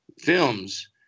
films